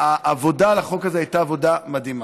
העבודה על החוק הזה הייתה עבודה מדהימה,